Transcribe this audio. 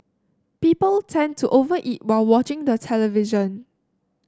people tend to over eat while watching the television